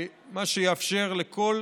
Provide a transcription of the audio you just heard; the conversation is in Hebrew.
מה שיאפשר לכל